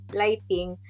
lighting